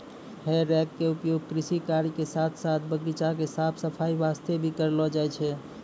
हे रेक के उपयोग कृषि कार्य के साथॅ साथॅ बगीचा के साफ सफाई वास्तॅ भी करलो जाय छै